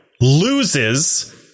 loses